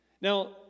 Now